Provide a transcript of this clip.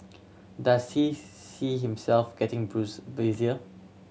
does he see himself getting busier